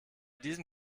diesem